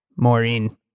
Maureen